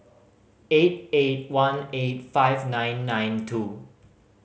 eight eight one eight five nine nine two